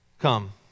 Come